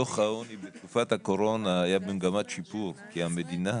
דוח העוני בתקופת הקורונה היה במגמת שיפור כי המדינה